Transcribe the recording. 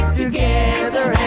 together